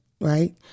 right